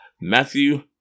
Matthew